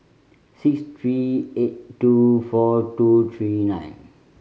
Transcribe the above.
six three eight two four two three nine